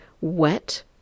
wet